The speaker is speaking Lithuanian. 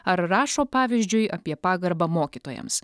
ar rašo pavyzdžiui apie pagarbą mokytojams